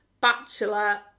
bachelor